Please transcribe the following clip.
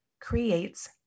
creates